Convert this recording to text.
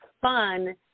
fun